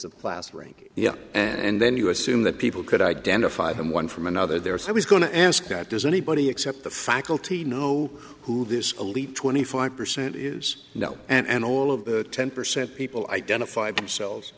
of class rank and then you assume that people could identify them one from another there so i was going to ask that does anybody except the faculty know who this elite twenty five percent is know and all of the ten percent people identify themselves